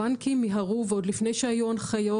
הבנקים מיהרו ועוד לפני שהיו הנחיות